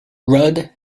rudd